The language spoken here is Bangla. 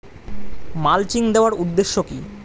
মালচিং দেওয়ার উদ্দেশ্য কি?